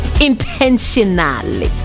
intentionally